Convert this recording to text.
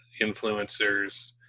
influencers